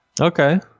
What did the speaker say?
Okay